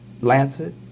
Lancet